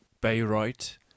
Bayreuth